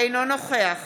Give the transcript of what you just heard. אינו נוכח